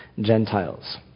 Gentiles